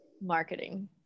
marketing